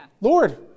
Lord